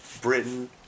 Britain